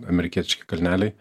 amerikietiški kalneliai